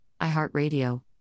iHeartRadio